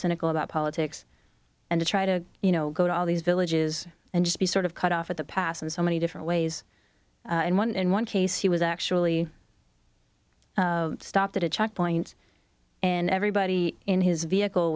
cynical about politics and to try to you know go to all these villages and just be sort of cut off at the pass and so many different ways and one in one case he was actually stopped at a checkpoint and everybody in his vehicle